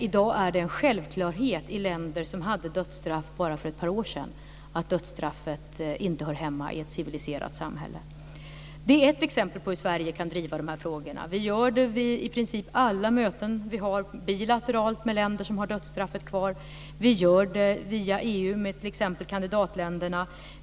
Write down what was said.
I dag är det en självklarhet i länder som hade dödsstraff bara för ett par år sedan att dödsstraffet inte hör hemma i ett civiliserat samhälle. Det är ett exempel på hur Sverige kan driva de här frågorna. Vi gör det vid i princip alla möten vi har bilateralt med länder som har dödsstraffet kvar. Vi gör det via EU, t.ex. när det gäller kandidatländerna.